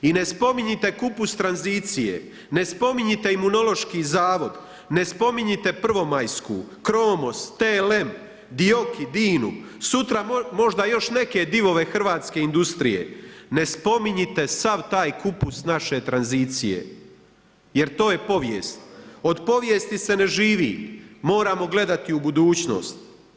I ne spominjite kupus tranzicije, ne spominjite Imunološki zavod, ne spominjite Prvomajsku, CROMOS, TLM, DOIOKI, DINA-u, sutra možda još neke divove hrvatske industrije, ne spominjite sav taj kupus naše tranzicije jer to povijest, od povijesti se ne živi, moramo gledati u budućnost.